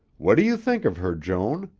what do you think of her, joan?